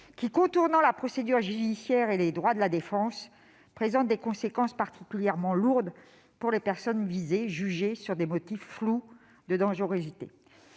qui, contournant la procédure judiciaire et les droits de la défense, ont des conséquences particulièrement lourdes pour les personnes visées, jugées sous couvert d'un motif